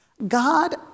God